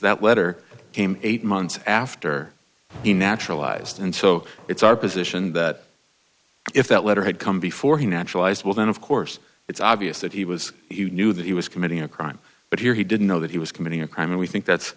that letter came eight months after he naturalized and so it's our position that if that letter had come before he naturalized well then of course it's obvious that he was he knew that he was committing a crime but here he didn't know that he was committing a crime and we think that's